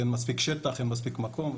אין מספיק שטח, אין מספיק מקום.